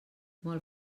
molt